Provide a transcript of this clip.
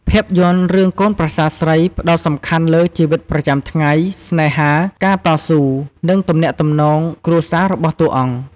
ភាពយន្ត រឿង"កូនប្រសារស្រី" ផ្តោតសំខាន់លើ ជីវិតប្រចាំថ្ងៃ ស្នេហា ការតស៊ូ និងទំនាក់ទំនងគ្រួសារ របស់តួអង្គ។